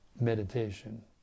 meditation